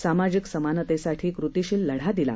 सामाजिक समानतेसाठी कृतिशील लढा दिला